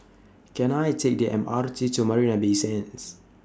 Can I Take The M R T to Marina Bay Sands